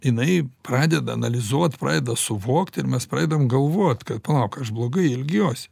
jinai pradeda analizuot pradeda suvokt ir mes pradedam galvot kad palauk aš blogai elgiuosi